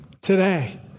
today